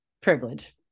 privilege